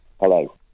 Hello